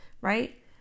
right